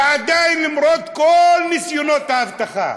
ועדיין, למרות כל ניסיונות האבטחה,